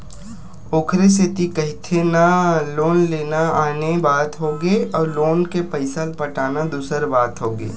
ओखरे सेती कहिथे ना लोन लेना आने बात होगे अउ लोन के पइसा ल पटाना दूसर बात होगे